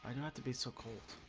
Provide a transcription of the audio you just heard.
not to be so cold